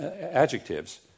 adjectives